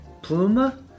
Pluma